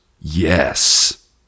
Yes